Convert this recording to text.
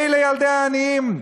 אלה ילדי העניים,